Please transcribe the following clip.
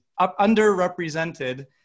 underrepresented